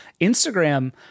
Instagram